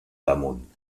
damunt